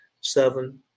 seven